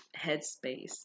headspace